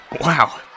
Wow